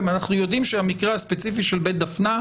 גם אנחנו יודעים שהמקרה הספציפי של בית דפנה,